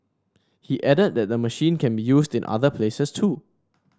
he added that the machine can be used in other places too